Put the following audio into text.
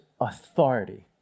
authority